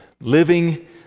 Living